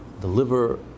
deliver